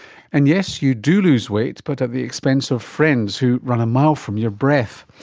and yes, you do lose weight, but at the expense of friends who run a mile from your breath.